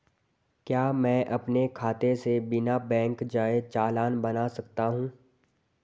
क्या मैं अपने खाते से बिना बैंक जाए चालान बना सकता हूँ?